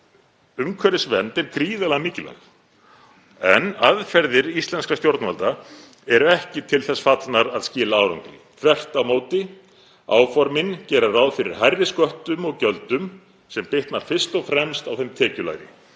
Umhverfisvernd er gríðarlega mikilvæg en aðferðir íslenskra stjórnvalda eru ekki til þess fallnar að skila árangri, þvert á móti. Áformin gera ráð fyrir hærri sköttum og gjöldum sem bitnar fyrst og fremst á þeim tekjulægri,